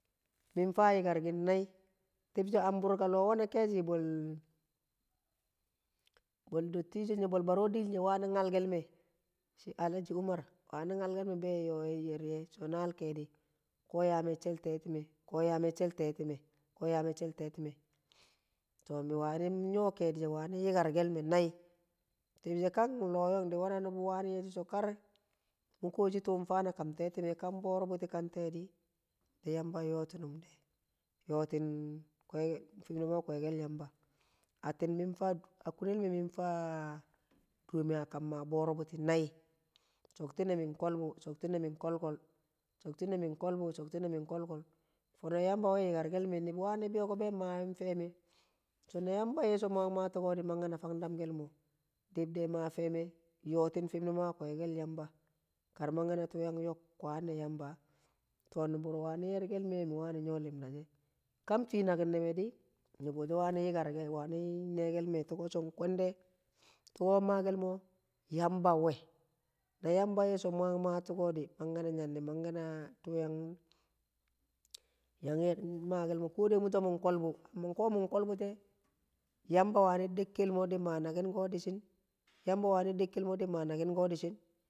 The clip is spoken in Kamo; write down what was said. Min faa yikar ki̱n nai tib she̱ an bu̱rka ilo wena keshi̱ bad bol bol dattijo baro̱ riride̱ wani̱ nyal ke̱l me Alaji Umar wani nyakel me̱ yo̱ ye̱, yerke̱lme̱ so̱ na naal kedi̱ so̱ ko ya me̱cce̱l tetime koo yaa me̱cce̱l te̱ti̱me̱ to mi wani̱ nyo̱ kedi she̱ mi wani yikar kel me nai, tibshe̱ kan lo nyong di̱ na nubu wani ye̱shi so̱ kar tuu fande̱ a kam te̱ti̱me̱ kan bo̱ro̱ bu̱ti̱ ka tee di di yamba yottin de yo tin fum ne mo a kwe̱ke̱l yamba atti̱n a ku̱ne̱l me̱ mi̱n faa du̱re̱ me a kam maa bo̱ro̱ bu̱ti̱ nai, sho̱kti̱ne̱ mi̱n ko̱lbu̱ shotine mi̱ ko̱lko̱l, sho̱kti̱ne̱ min ko̱lbu̱ sho̱kti̱ne̱ mi̱ ko̱lko̱l fo̱no̱ yamba we̱ yikar kelme, ni̱bi̱ wani̱ beeko be̱ mayi̱n fe̱me̱ so na yamba yeso mu̱ yang maa tu̱u̱ko di manke̱ na fang morlel mo, yo̱tim fu̱m ne mo a kwe̱ke̱l yamba kar manke̱ na tuu yok kwanne̱, yamba to nu̱bu̱ro̱ wani̱ ye̱rke̱l me̱ ka an fi naki̱nne me̱ di wani̱ yikar wani̱ nee ke̱lme̱ mo yamba we̱ na yamba ye̱ so mu yang maa tuuko yan mange na tuu yang yang make̱l mo̱ kode mu so̱ mung ko̱lbu̱, yamba wani̱ de̱ke̱l mo̱ di̱ ma naki̱n ko̱ di̱shi̱n yamba wani̱ de̱ke̱l mo̱ di̱ ma naki̱n ko̱ di̱shi̱n